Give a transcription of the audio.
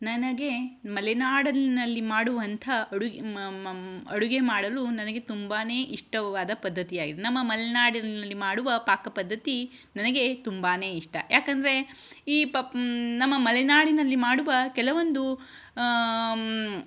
ನನಗೆ ಮಲೆನಾಡಿನಲ್ಲಿ ಮಾಡುವಂಥ ಅಡುಗೆ ಮ ಮ ಅಡುಗೆ ಮಾಡಲು ನನಗೆ ತುಂಬನೇ ಇಷ್ಟವಾದ ಪದ್ಧತಿಯಾಗಿದೆ ನಮ್ಮ ಮಲೆನಾಡಿನಲ್ಲಿ ಮಾಡುವ ಪಾಕ ಪದ್ಧತಿ ನನಗೆ ತುಂಬನೇ ಇಷ್ಟ ಯಾಕೆಂದ್ರೆ ಈ ಪಪ್ ನಮ್ಮ ಮಲೆನಾಡಿನಲ್ಲಿ ಮಾಡುವ ಕೆಲವೊಂದು